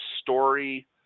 story